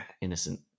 innocent